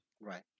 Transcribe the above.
right